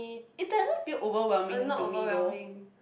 it doesn't feel overwhelming to me though